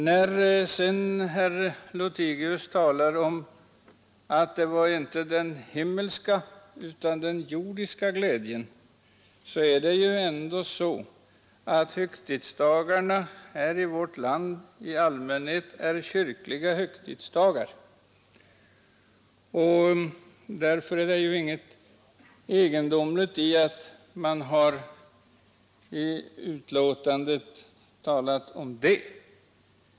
Herr Lothigius sade sedan att det inte gällde den himmelska, utan den jordiska glädjen. Men det är ändå så, att högtidsdagarna i vårt land i allmänhet är kyrkliga högtidsdagar, och därför är det ingenting egendomligt i att dessa har upptagits i betänkandet.